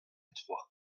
trois